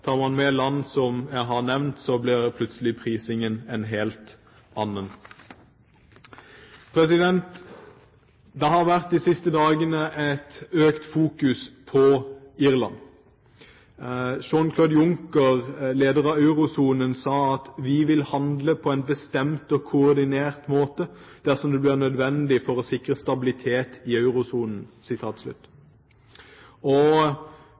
Tar man land som jeg har nevnt, blir plutselig prisingen en helt annen. Det har de siste dagene vært økt fokusering på Irland. Jean-Claude Juncker, lederen av eurosonen, sa: Vi vil handle på en bestemt og koordinert måte dersom det blir nødvendig for å sikre stabilitet i eurosonen.